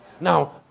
Now